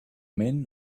men